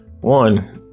one